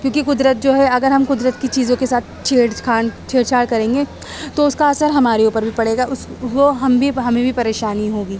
کیونکہ قدرت جو ہے اگر ہم قدرت کی چیزوں کے ساتھ چھیڑ کھان چھیڑ چھاڑ کریں گے تو اس کا اثر ہمارے اوپر بھی پڑے گا اس وہ ہم بھی ہمیں بھی پریشانی ہوگی